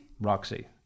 Roxy